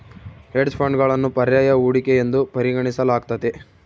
hedge ಫಂಡ್ಗಳನ್ನು ಪರ್ಯಾಯ ಹೂಡಿಕೆ ಎಂದು ಪರಿಗಣಿಸಲಾಗ್ತತೆ